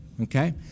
okay